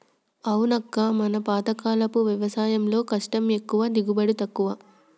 అవునక్క మన పాతకాలపు వ్యవసాయంలో కష్టం ఎక్కువ దిగుబడి తక్కువ